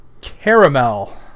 caramel